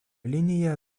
linija